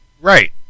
Right